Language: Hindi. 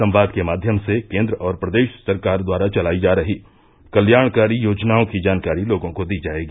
संवाद के माध्यम से केन्द्र और प्रदेश सरकार द्वारा चलायी जा रही कल्याणकारी योजनाओं की जानकारी लोगों को दी जायेगी